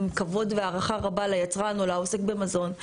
עם כבוד והערכה רבה ליצרן או לעסוק במזון.